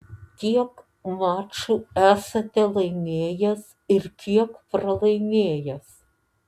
kiek mačų esate laimėjęs ir kiek pralaimėjęs